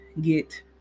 get